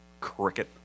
cricket